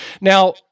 Now